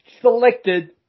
selected